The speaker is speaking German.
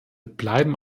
bleiben